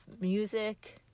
music